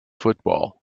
football